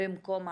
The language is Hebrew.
במקום העבודה".